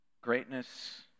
Greatness